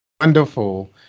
Wonderful